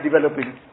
developing